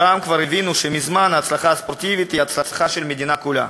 שם כבר הבינו מזמן שההצלחה הספורטיבית היא ההצלחה של המדינה כולה.